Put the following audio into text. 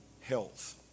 health